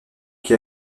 qui